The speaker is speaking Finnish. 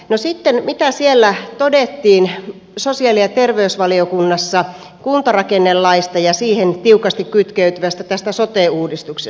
no sitten mitä sosiaali ja terveysvaliokunnassa todettiin kuntarakennelaista ja siihen tiukasti kytkeytyvästä sote uudistuksesta